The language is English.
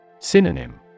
Synonym